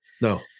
No